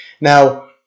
Now